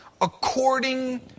according